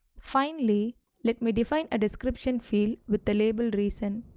finally let me define a description field with the label reason.